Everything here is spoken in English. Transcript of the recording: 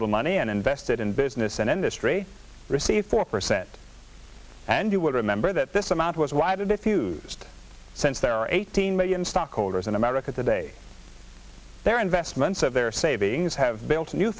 little money and invested in business and industry receive four percent and you will remember that this amount was why did it used since there are eighteen million stockholders america today their investments of their savings have built a new